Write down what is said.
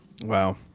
Wow